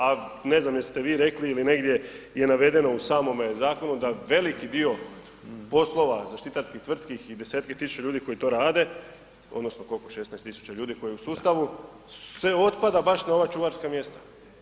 A ne znam jeste vi rekli ili negdje je navedeno u samom zakonu da veliki dio poslova zaštitarskih tvrtki i desetke tisuća ljudi koji to rade, odnosno, koliko, 16 tisuća ljudi koji je u sustavu, se otpada baš na ova čuvarska mjesta.